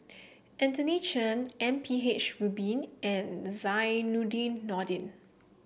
Anthony Chen M P H Rubin and Zainudin Nordin